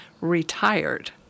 retired